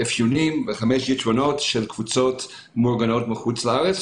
חמש יתרונות לקבוצות מאורגנות מחוץ לארץ.